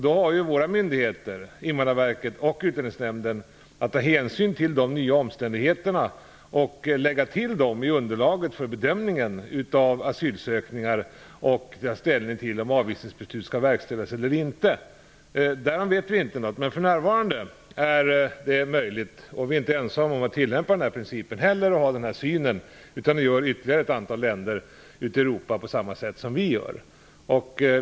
Då har våra myndigheter, Invandrarverket och Utlänningsnämnden, att ta hänsyn till de nya omständigheterna och lägga till dem i underlaget för bedömningen av asylansökningar och ta ställning till om avvisningsbeslut skall verkställas eller inte. Därom vet vi intet. För närvarande är internflyktsalternativet möjligt, och vi är inte ensamma om att tillämpa den principen. Ytterligare ett antal länder i Europa har samma synsätt som vi och gör på samma sätt.